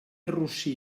rossí